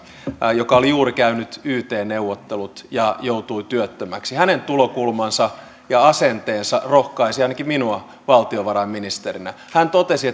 joka oli juuri käynyt yt neuvottelut ja joutui työttömäksi hänen tulokulmansa ja asenteensa rohkaisi ainakin minua valtiovarainministerinä hän totesi